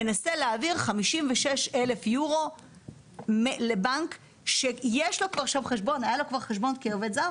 מנסה להעביר כ-56 אלף אירו לבנק שיש לו כבר בבנק חשבון כעובד זר,